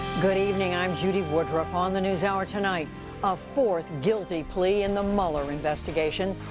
good evening. i'm judy woodruff. on the newshour tonight a fourth guilty plea in the mueller investigation,